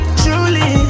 truly